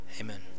amen